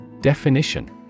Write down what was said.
Definition